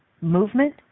movement